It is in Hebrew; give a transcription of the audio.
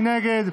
מי נגד?